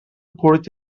curt